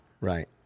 Right